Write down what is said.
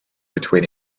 between